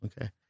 okay